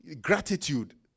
gratitude